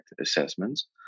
assessments